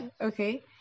Okay